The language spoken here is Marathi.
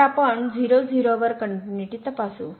तर आपण 0 0 वर कनट्युनिटी तपासू